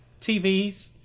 TVs